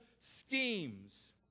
schemes